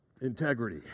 Integrity